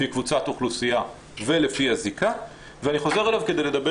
לפי קבוצת אוכלוסייה ולפי הזיקה ואני חוזר אליו כדי לדבר